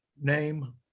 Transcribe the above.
name